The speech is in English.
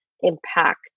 impact